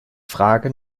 frage